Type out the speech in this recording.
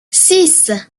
six